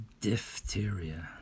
diphtheria